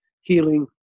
Healing